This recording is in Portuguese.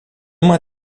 uma